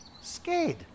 Scared